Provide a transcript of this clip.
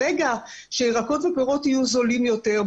ברגע שירקות ופירות יהיו זולים יותר,